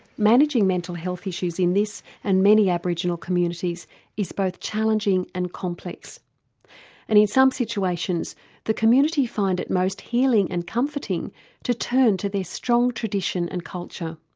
managing mental health issues in this and many aboriginal communities is both challenging and complex and in some situations the community find it most healing and comforting to turn to their strong tradition and culture.